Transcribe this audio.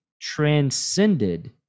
transcended